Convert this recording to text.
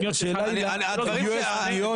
הדברים שהקראתי,